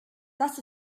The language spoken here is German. das